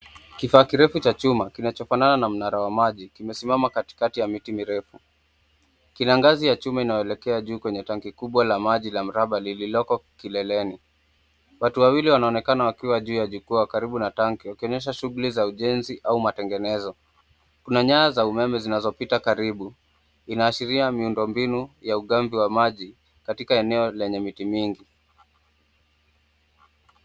Kifaa kirefu cha chuma kinacho fanana na mnara wa maji kime simama katikati ya miti mirefu. Kina ngazi ya chuma inayo elekea juu kwenye tanki kubwa la mraba kililoko mbeleni, watu wawili wana onekana waki karibu juu ya jukwa karibu na tanki waki fanya shughuli ya ujenzi au matengenezo, kuna nyaya za umeme zinazo pita karibu ina ashiria miundo mbinu ya ugamvi wa maji katika eneo lenye miti mingi.